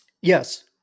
Yes